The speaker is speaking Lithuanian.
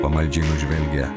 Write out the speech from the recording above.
pamaldžiai nužvelgia